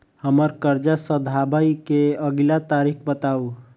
हम्मर कर्जा सधाबई केँ अगिला तारीख बताऊ?